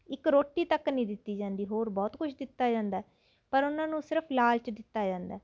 ਇੱਕ ਰੋਟੀ ਤੱਕ ਨਹੀਂ ਦਿੱਤੀ ਜਾਂਦੀ ਹੋਰ ਬਹੁਤ ਕੁਛ ਦਿੱਤਾ ਜਾਂਦਾ ਹੈ ਪਰ ਉਨ੍ਹਾਂ ਨੂੰ ਸਿਰਫ਼ ਲਾਲਚ ਦਿੱਤਾ ਜਾਂਦਾ